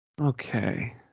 Okay